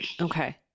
Okay